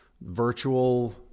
virtual